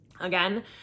again